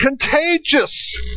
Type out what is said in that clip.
contagious